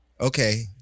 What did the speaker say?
Okay